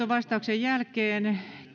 vastauksen jälkeen